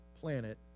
planet